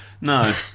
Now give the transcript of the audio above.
No